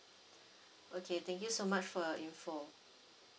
okay thank you so much for your info